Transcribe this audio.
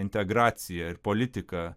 integraciją ir politiką